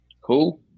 Cool